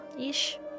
Ish